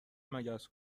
مگس